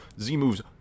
Z-moves